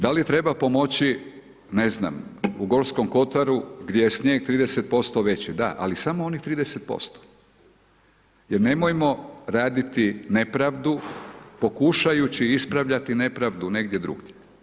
Da li treba pomoći, ne znam, u Gorskom kotaru gdje je snijeg 30% veći, dali samo onih 30% jer nemojmo raditi nepravdu pokušajući ispravljati nepravdu negdje drugdje.